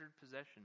possession